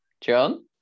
John